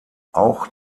auch